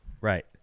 Right